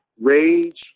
rage